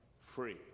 free